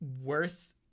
worth